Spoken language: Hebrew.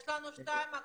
יש לנו עכשיו שניים,